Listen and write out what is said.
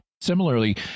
Similarly